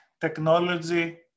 technology